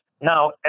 Now